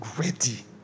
ready